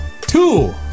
two